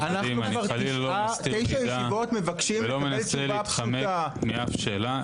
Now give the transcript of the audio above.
אני חלילה לא מסתיר מידע ולא מנסה להתחמק מאף שאלה.